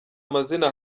amazina